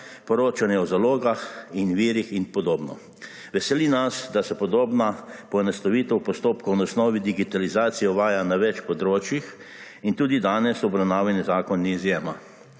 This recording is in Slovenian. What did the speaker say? poročanje o zalogah in virih in podobno. Veseli nas, da se podobna poenostavitev postopkov na osnovi digitalizacije uvaja na več področjih in tudi danes obravnavani zakon ni izjema.